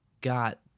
got